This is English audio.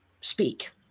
speak